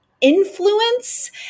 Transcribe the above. influence